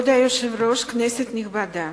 כנסת נכבדה,